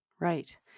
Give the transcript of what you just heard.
Right